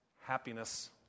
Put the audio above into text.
happiness